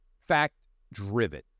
fact-driven